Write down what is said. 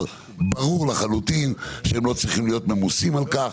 ברור לחלוטין שהם לא צריכים להיות ממוסים על כך.